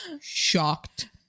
shocked